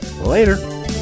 later